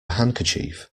handkerchief